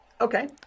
okay